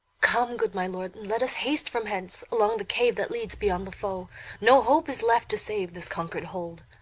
come, good my lord, and let us haste from hence, along the cave that leads beyond the foe no hope is left to save this conquer'd hold.